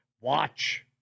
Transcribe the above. watch